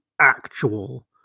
actual